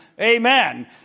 Amen